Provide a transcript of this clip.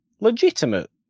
legitimate